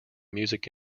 music